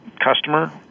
customer